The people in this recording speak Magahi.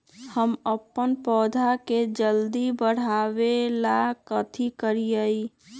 हम अपन पौधा के जल्दी बाढ़आवेला कथि करिए?